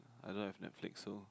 I don't have Netflix so